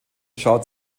schaut